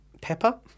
pepper